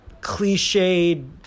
cliched